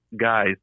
Guys